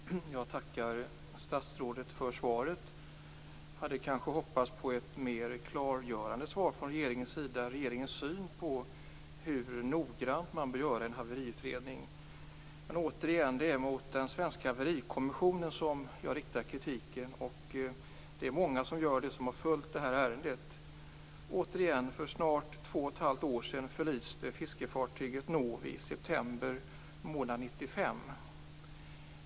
Fru talman! Jag tackar statsrådet för svaret. Jag hade kanske hoppats på ett mer klargörande svar från regeringens sida när det gäller regeringens syn på hur noggrant man bör göra en haveriutredning. Men återigen: Det är mot den svenska haverikommissionen som jag riktar kritiken. Det är många som gör det som har följt det här ärendet. Återigen: För snart två och ett halvt år sedan förliste fiskefartyget Novi, i september 1995.